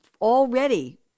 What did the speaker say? already